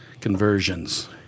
conversions